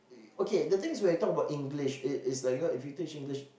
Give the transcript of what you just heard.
okay the thing is when you talk about English it is like you know if you teach English